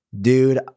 dude